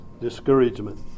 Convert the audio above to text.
discouragement